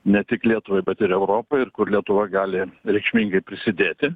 ne tik lietuvai bet ir europai ir kur lietuva gali reikšmingai prisidėti